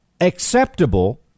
acceptable